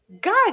God